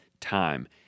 time